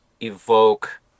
evoke